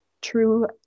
true